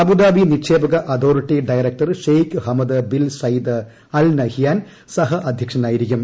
Abu Dhabi നിക്ഷേപക authority director Sheikh Hamad ന ബിൽ സയ്ദ് അൽ നഹ്യാൻ സഹ അദ്ധ്യക്ഷനായിരിക്കും